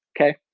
okay